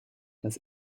das